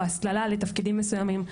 או הסללה לתפקידים מסוימים,